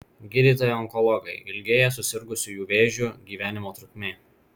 gydytojai onkologai ilgėja susirgusiųjų vėžiu gyvenimo trukmė